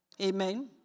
Amen